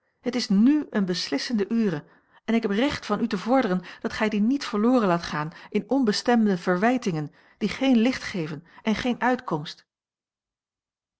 het is n eene beslissende ure en ik heb recht van u te vorderen dat gij die niet verloren laat gaan in onbestemde verwijtingen die geen licht geven en geen uitkomst